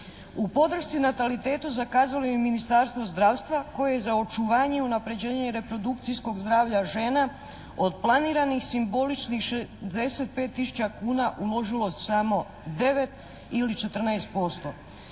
U podršci natalitetu zakazalo je i Ministarstvo zdravstva koje je za očuvanje, unapređenje i reprodukcijskog zdravlja žena od planiranih simboličnih 65 tisuća kuna uložilo samo 9 ili 14%.